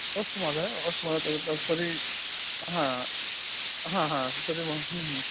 अस्तु महोदय अस्तु मह तद् तत् तर्हि हा हा हा तदेव